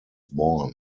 born